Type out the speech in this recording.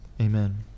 amen